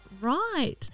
right